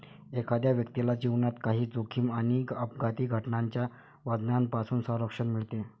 एखाद्या व्यक्तीला जीवनात काही जोखीम आणि अपघाती घटनांच्या वजनापासून संरक्षण मिळते